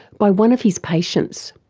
by one of his patients.